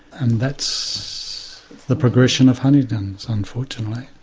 and that's the progression of huntington's unfortunately.